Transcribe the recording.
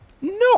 No